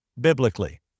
biblically